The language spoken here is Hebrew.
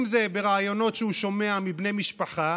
אם זה ברעיונות שהוא שומע מבני משפחה,